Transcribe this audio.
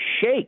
shake